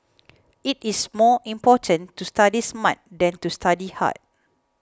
it is more important to study smart than to study hard